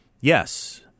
yes